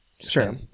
Sure